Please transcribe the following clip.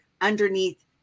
underneath